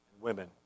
women